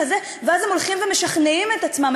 ואז הם הולכים ומשכנעים את עצמם,